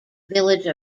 village